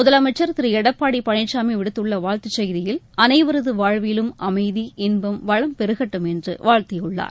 முதலமைச்சர் திரு எடப்பாடி பழனிசாமி விடுத்துள்ள வாழ்த்து செய்தியில் அனைவரது வாழ்விலும் அமைதி இன்பம் வளம் பெருகட்டும் என்று வாழ்த்தியுள்ளார்